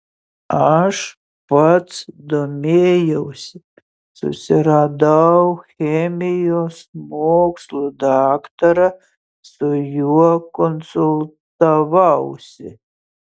aš pats domėjausi susiradau chemijos mokslų daktarą su juo konsultavausi